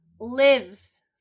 lives